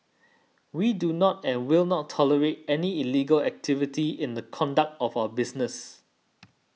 we do not and will not tolerate any illegal activity in the conduct of our business